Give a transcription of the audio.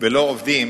ולא עובדים,